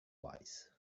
wise